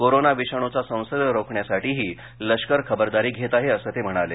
corona विषाणूचा संसर्ग रोखण्यासाठी लष्करही ख़बरदारी घेत आहे असं ते म्हणाले